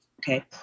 okay